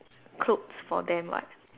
clothes for them [what]